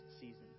season